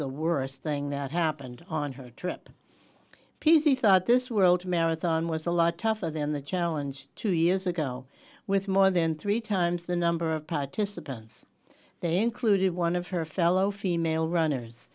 the worst thing that happened on her trip p c thought this world marathon was a lot tougher than the challenge two years ago with more than three times the number of participants they included one of her fellow female runners